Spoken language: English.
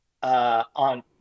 On